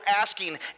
asking